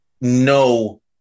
no